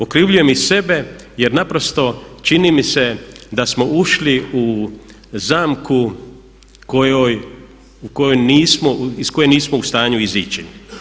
Okrivljujem i sebe jer naprosto čini mi se da smo ušli u zamku kojoj iz koje nismo u stanju izaći.